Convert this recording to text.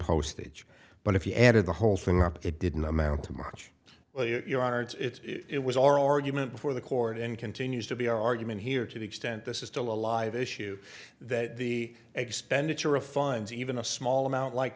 postage but if you added the whole thing up it didn't amount to much well you are it's it was oral argument before the court and continues to be our argument here to the extent this is still a live issue that the expenditure of funds even a small amount like